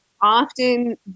often